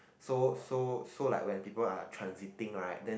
so so so like when people are transiting right then